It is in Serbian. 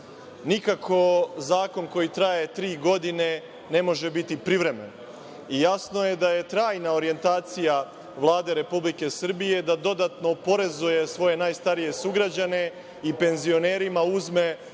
Nikako zakon koji traje tri godine ne može biti privremen. Jasno da je trajna orijentacija Vlade Republike Srbije da dodatno oporezuje svoje najstarije sugrađane, i penzionerima uzme